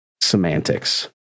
semantics